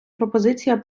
пропозиція